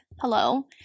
hello